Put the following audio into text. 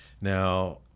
Now